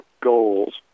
goals